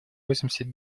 восемьдесят